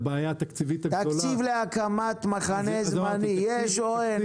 לבעיה התקציבית הגדולה --- תקציב להקמת מחנה זמני יש או אין?